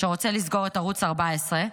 שרוצה לסגור את ערוץ 14,